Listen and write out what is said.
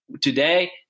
today